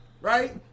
Right